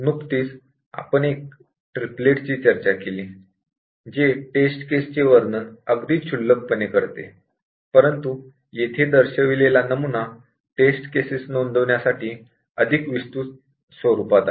नुकतीच आपण एका ट्रीपलेट ची चर्चा केली जे टेस्ट केस चे वर्णन अगदी सामान्यपणे करते परंतु येथे दर्शिवलेला नमुना टेस्ट केसेस नोंदविण्यासाठी अधिक विस्तृत स्वरूपात आहे